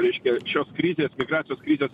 reiškia šios krizės migracijos krizės